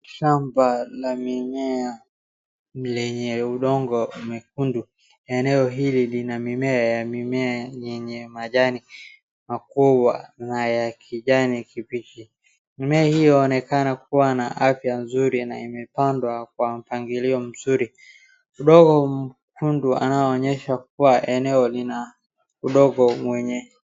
Shamba la mimea lenye udongo mwekundu. Eneo hili lina mimea, ya mimea yenye majani makubwa na ya kijani kibichi. Mimea hii inayoenekana kuwa na afya mzuri na imepandwa kwa mpangilio mzuri. Udongo mwekundu anaonyesha kuwa eneo lina udongo mwenye.